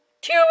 two